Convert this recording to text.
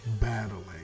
battling